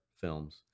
films